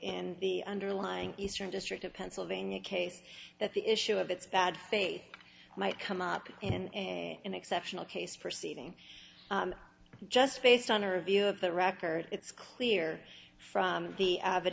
in the underlying eastern district of pennsylvania case that the issue of its bad faith might come up in an exceptional case proceeding just based on her view of the record it's clear from the a